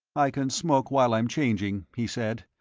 i can smoke while i am changing, he said,